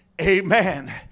Amen